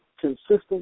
consistent